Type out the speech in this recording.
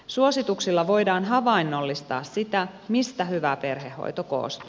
suosituksilla voidaan havainnollistaa sitä mistä hyvä perhehoito koostuu